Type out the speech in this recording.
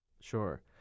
Sure